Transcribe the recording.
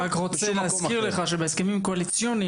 אני רק רוצה להזכיר לך שבהסכמים הקואליציוניים